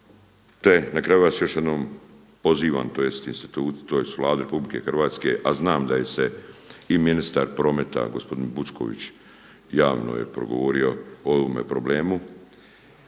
ta na kraju vas još jednom pozivam, tj. Vladu RH a znam da se i ministar prometa gospodin Butković javno je progovorio o ovome problemu,